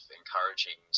encouraging